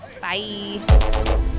bye